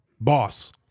boss